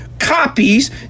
copies